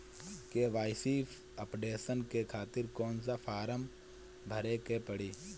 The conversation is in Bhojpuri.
के.वाइ.सी अपडेशन के खातिर कौन सा फारम भरे के पड़ी?